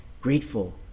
grateful